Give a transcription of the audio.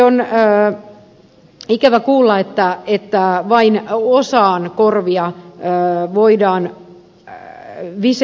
on ikävä kuulla että vain osaan korvia voidaan visertää